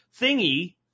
thingy